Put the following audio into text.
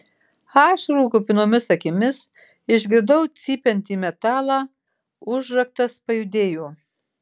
ašarų kupinomis akimis išgirdau cypiantį metalą užraktas pajudėjo